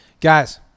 Guys